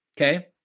okay